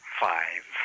five